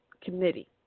committee